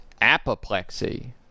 apoplexy